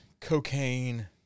cocaine